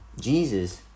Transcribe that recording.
Jesus